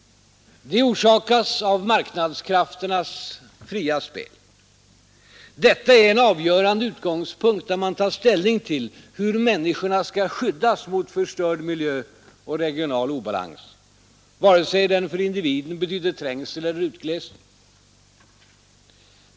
De orsakas av marknadskrafternas fria spel. Detta är en avgörande utgångspunkt när man tar ställning till hur människorna skall skyddas mot förstörd miljö och regional obalans — vare sig den för individen betyder trängsel eller utglesning.